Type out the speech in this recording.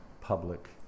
public